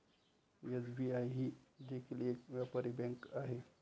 SBI ही देखील एक व्यापारी बँक आहे